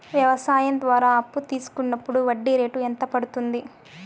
వ్యవసాయం ద్వారా అప్పు తీసుకున్నప్పుడు వడ్డీ రేటు ఎంత పడ్తుంది